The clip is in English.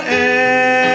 end